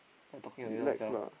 what talking only own self